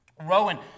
Rowan